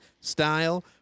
style